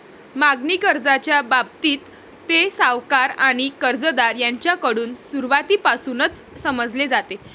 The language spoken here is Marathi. मागणी कर्जाच्या बाबतीत, ते सावकार आणि कर्जदार यांच्याकडून सुरुवातीपासूनच समजले जाते